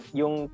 yung